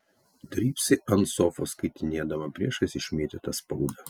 drybsai ant sofos skaitinėdama priešais išmėtytą spaudą